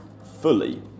fully